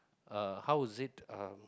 uh how was it uh